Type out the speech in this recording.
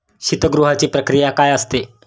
शीतगृहाची प्रक्रिया काय असते?